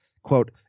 Quote